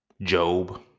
Job